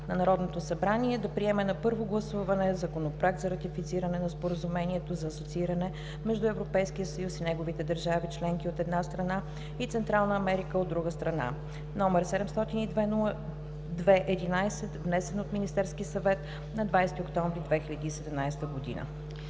на Народното събрание да приеме на първо гласуване Законопроект за ратифициране на Споразумението за асоцииране между Европейския съюз и неговите държави членки, от една страна, и Централна Америка, от друга страна, № 702-02-11, внесен от Министерския съвет на 20 октомври 2017 г.“